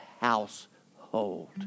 household